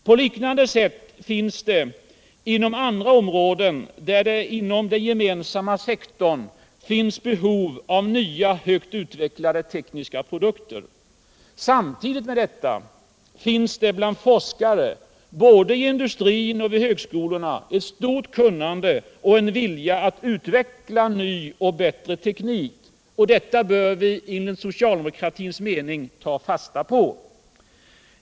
På liknande sätt finns det andra områden inom den gemensamma sektorn som har behov av nya högt utvecklade tekniska produkter. Samtidigt med detta finns det bland forskare, både i industrin och vid högskolorna, ett stort kunnande och en vilja att utveckla ny och bättre teknik. Detta bör vi enligt socialdemokratins mening ta fasta på.